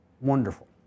wonderful